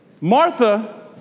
Martha